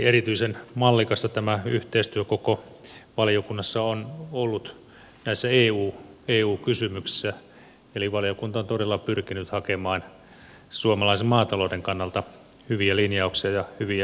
erityisen mallikasta tämä yhteistyö koko valiokunnassa on ollut näissä eu kysymyksissä eli valiokunta on todella pyrkinyt hakemaan suomalaisen maatalouden kannalta hyviä linjauksia ja hyviä ratkaisuja